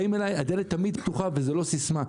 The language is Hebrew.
באים אליי הדלת תמיד פתוחה, וזאת לא סיסמה.